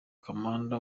komanda